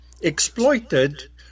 Exploited